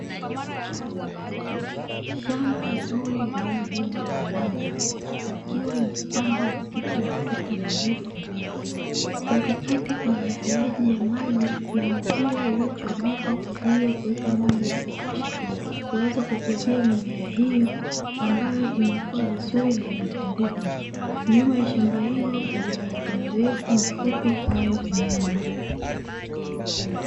Shamba zuri lililolimwa limepangwa matuta marefu. Katikati kuna mifereji ya maji na mipira iliyochomekwa kwa ajili ya kusambaza maji ya kutosha ili kuweza kukuzia mimea hiyo, ambayo imekuaa vizuri na kupendeza. Nyuma ya shamba hilo kuna miti mirefu na mifupi inayopendeza.